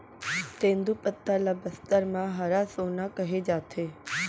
तेंदूपत्ता ल बस्तर म हरा सोना कहे जाथे